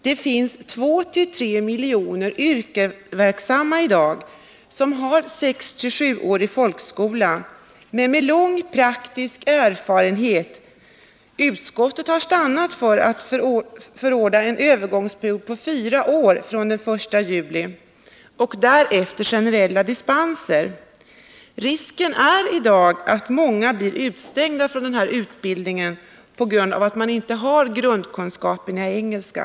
Det finns 2-3 miljoner yrkesverksamma i dag som har 6-7-årig folkskola men lång praktisk yrkeserfarenhet. Utskottet har stannat för att förorda en övergångsperiod på fyra år från den 1 juli 1982 och därefter ett system med generella dispenser. Risken i dag är att många utestängs från denna utbildning på grund av att de inte har grundkunskaper i engelska.